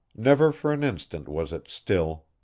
never for an instant was it still.